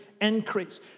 increase